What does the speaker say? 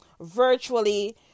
virtually